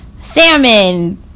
salmon